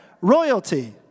royalty